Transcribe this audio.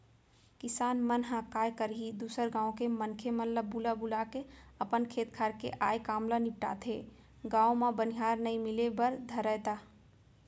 किसान मन ह काय करही दूसर गाँव के मनखे मन ल बुला बुलाके अपन खेत खार के आय काम ल निपटाथे, गाँव म बनिहार नइ मिले बर धरय त